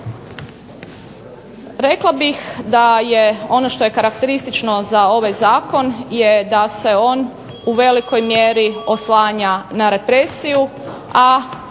Rekla bih da je ono što je karakteristično za ovaj zakon je da se on u velikoj mjeri oslanja na represiju,